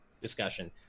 discussion